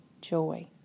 Joy